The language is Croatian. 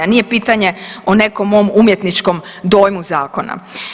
Nije pitane o nekom mom umjetničkom dojmu zakona.